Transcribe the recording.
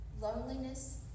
loneliness